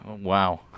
wow